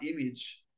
image